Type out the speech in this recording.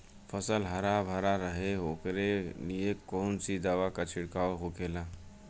फसल हरा भरा रहे वोकरे लिए कौन सी दवा का छिड़काव होखेला?